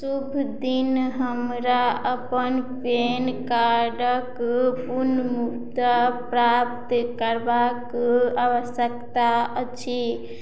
शुभ दिन हमरा अपन पैन कार्डक पुनर्मुद्रण प्राप्त करबाक आवश्यकता अछि